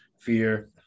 fear